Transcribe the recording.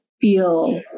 feel